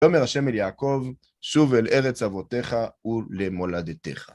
ויאמר השם אל יעקב, שוב אל ארץ אבותיך ולמולדתך.